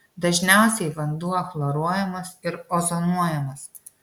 dažniausiai vanduo chloruojamas ir ozonuojamas